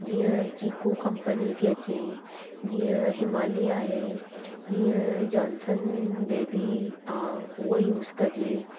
जीअं Chicco company ती अचे जीअं हिमालया आहे जीअं जॉन्सन बेबी आहे उहो यूज़ कजे